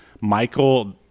Michael